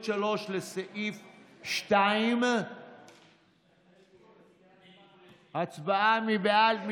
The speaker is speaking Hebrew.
לסעיף 2. הצבעה, מי בעד?